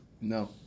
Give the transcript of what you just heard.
No